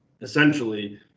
essentially